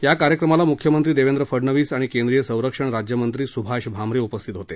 या कार्यक्रमाला मुख्यमंत्री देवेंद्र फडनवीस आणि केंद्रीय संरक्षण राज्यमंत्री सुभाष भामरे उपस्थित होते